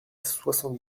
soixante